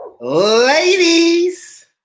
ladies